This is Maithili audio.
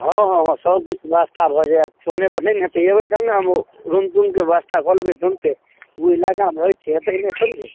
हँ हँ सबकिछु बेबस्था भऽ जाएत फोनेपर नहि ने हेतै अएबै तब ने हम रूम तूमके बेबस्था कऽ लेबै तुरन्ते ओहि इलाकामे रहै छिए हेतै नहि थोड़बे